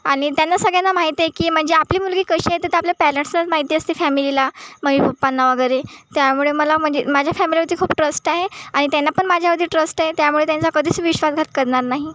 आणि त्यांना सगळ्यांना माहिती आहे की म्हणजे आपली मुलगी कशी आहे ते तर आपल्या पॅरेंट्सला माहिती असते फॅमिलीला ममी पप्पांना वगैरे त्यामुळे मला म्हणजे माझ्या फॅमिलीवरती खूप ट्रस्ट आहे आणि त्यांना पण माझ्यावरती ट्रस्ट आहे त्यामुळे त्यांचा कधीच विश्वासघात करणार नाही